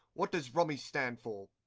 wot does rummy stand for?